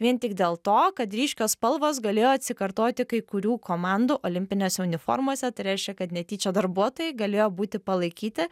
vien tik dėl to kad ryškios spalvos galėjo atsikartoti kai kurių komandų olimpinėse uniformose tai reiškia kad netyčia darbuotojai galėjo būti palaikyti